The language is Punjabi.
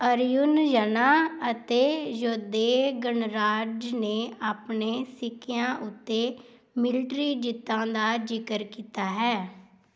ਅਰਜੁਨਯਨਾਂ ਅਤੇ ਯੌਧੇਯ ਗਣਰਾਜ ਨੇ ਆਪਣੇ ਸਿੱਕਿਆਂ ਉੱਤੇ ਮਿਲਟਰੀ ਜਿੱਤਾਂ ਦਾ ਜ਼ਿਕਰ ਕੀਤਾ ਹੈ